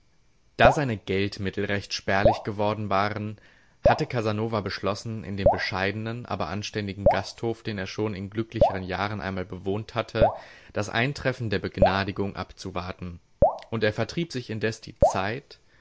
da seine geldmittel recht spärlich geworden waren hatte casanova beschlossen in dem bescheidenen aber anständigen gasthof den er schon in glücklicheren jahren einmal bewohnt hatte das eintreffen der begnadigung abzuwarten und er vertrieb sich indes die zeit